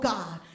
God